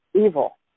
evil